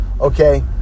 okay